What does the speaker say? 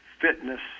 fitness